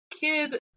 kid